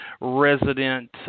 resident